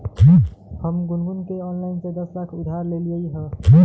हम गुनगुण के ऑनलाइन से दस लाख उधार देलिअई ह